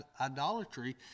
idolatry